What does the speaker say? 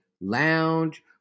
lounge